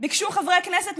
ביקשו חברי כנסת,